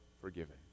forgiven